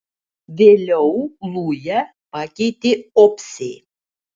vėliau lują pakeitė opsė